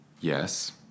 Yes